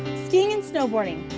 skiing and snowboarding.